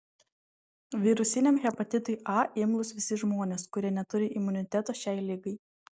virusiniam hepatitui a imlūs visi žmonės kurie neturi imuniteto šiai ligai